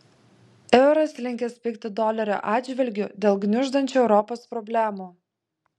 euras linkęs pigti dolerio atžvilgiu dėl gniuždančių europos problemų